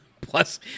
Plus